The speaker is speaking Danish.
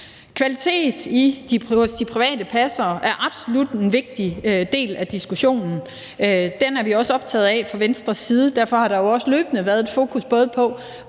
Kvaliteten i de private pasningstilbud er absolut en vigtig del af diskussionen. Den er vi også optaget af fra Venstres side. Derfor har der også løbende været et fokus på,